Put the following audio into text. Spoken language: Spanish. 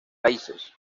raíces